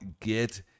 get